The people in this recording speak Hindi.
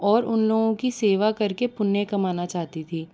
और उन लोगों की सेवा कर के पुण्य कमाना चाहती थी